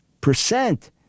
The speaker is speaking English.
percent